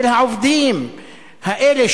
של העובדים האלה,